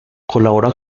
colabora